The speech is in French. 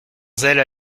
zèle